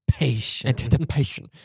anticipation